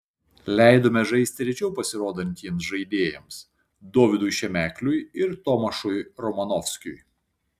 leidome žaisti rečiau pasirodantiems žaidėjams dovydui šemekliui ir tomašui romanovskiui